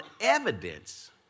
evidence